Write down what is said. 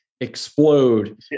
explode